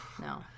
No